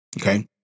okay